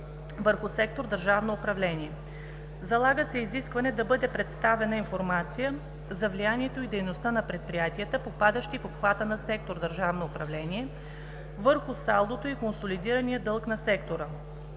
върху сектор „Държавно управление“. Залага се изискване да бъде представена информация за влиянието от дейността на предприятията, попадащи в обхвата на сектор „Държавно управление“ върху салдото и консолидирания дълг на сектора.